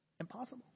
Impossible